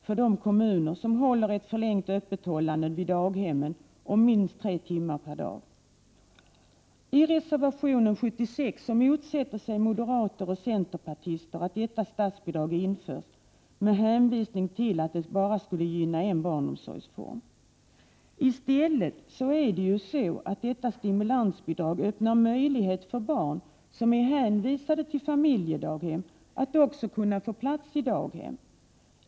för de kommuner vilkas daghem hålls öppna minst tre timmar längre per dag. I reservation 76 motsätter sig moderater och centerpartister att detta statsbidrag införs med hänvisning till att detta skulle gynna bara en barnomsorgsform. I stället öppnar detta stimulansbidrag möjlighet för barn som är hänvisade till familjedaghem att också kunna få plats i daghem.